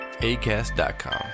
ACAST.com